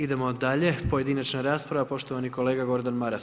Idemo dalje, pojedinačna rasprava poštovani kolega Gordan Maras.